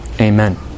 Amen